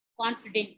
confident